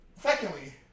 Secondly